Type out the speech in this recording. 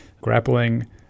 grappling